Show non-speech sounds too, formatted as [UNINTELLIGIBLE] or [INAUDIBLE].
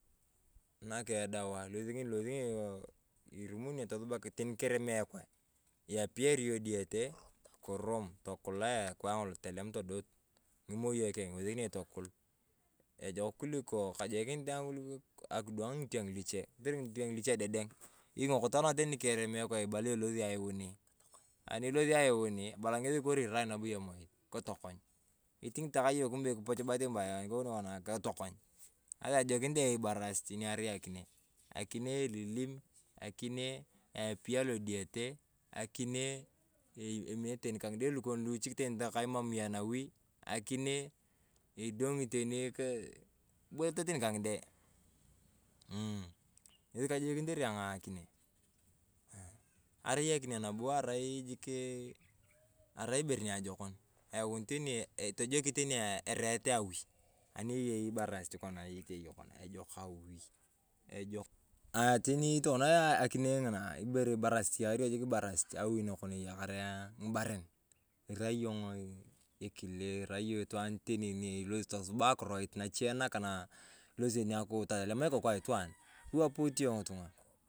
Nakii edawa [UNINTELLIGIBLE] irumuni yong naak edawa, teni kirem ekwae iyapiyari yong diyete kirum, tokulaa ekwae ng'olo, todot ngimoyo keng tokul ejok kulikoo, kajokinit ayong akidwang ng’itirng luche, kotere ng'iteng luche ededeng. Ing’o teni tokona kirem ekwae, ibala ilosit aiyun, ani ilosi aiyun, ebala nabo ng’esi kori irai yong emoit kitokony. Saaa kajokinit ayong ibarasit ni arai akinee. Akinee alilim, akinee eyapii alodiyete, akinee eminence teni kaa ng’ide lukon luchik tani takae imam yong anawi, akinee idong’i teni kiboyoto kaa ng’ide umh ng’esi kajokinitor ayong akinee. Arai akinee nabo arai jikii ibere nia ajokon iyani teni, itojoki teni ereet awi. Ani eyei ibarasit kona, ejok awi. Ejok, aah teni tokona akinee ng'ina ibere bee ibarasit iyakar yong jik ibarasit, awi ng'ina iyakana ng’ibaren irai yong ekile, irai yong itwaan teni ilosi tesub akiroit nache ndakaa na ilosi teni akuta tolem ikoku aitwaan kiwoput yong ng'itung'a.